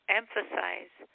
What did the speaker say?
emphasize